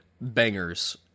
bangers